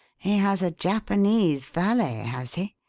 he has a japanese valet, has he?